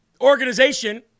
organization